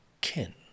kin